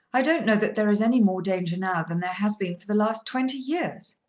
i don't know that there is any more danger now than there has been for the last twenty years.